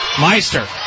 Meister